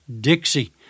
Dixie